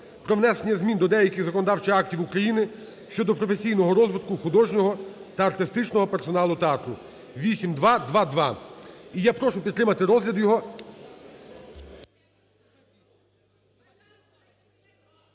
про внесення змін до деяких законодавчих актів України щодо професійного розвитку художнього та артистичного персоналу театру (8222). І я прошу підтримати розгляд його…